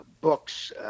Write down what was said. books